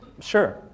Sure